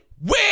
win